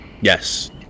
Yes